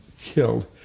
killed